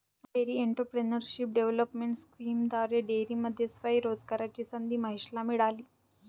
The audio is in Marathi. डेअरी एंटरप्रेन्योरशिप डेव्हलपमेंट स्कीमद्वारे डेअरीमध्ये स्वयं रोजगाराची संधी महेशला मिळाली